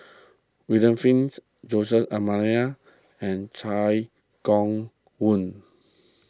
William Flints Jose D'Almeida and Chai Hon Yoong